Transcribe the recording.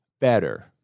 better